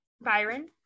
byron